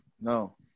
No